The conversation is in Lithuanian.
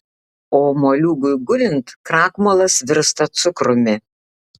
o moliūgui gulint krakmolas virsta cukrumi